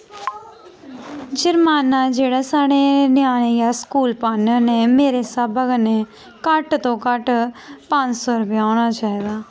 जरमाना जेह्ड़ा साढ़े ञ्यानें गी अस स्कूल पान्ने होन्ने मेरे स्हाबा कन्नै घट्ट तो घट्ट पंज सौ रपेआ होना चाही दा